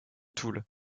toul